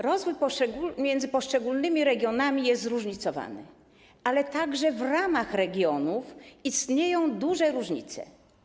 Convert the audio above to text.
Rozwój między poszczególnymi regionami jest zróżnicowany, ale także w ramach regionów istnieją duże różnice.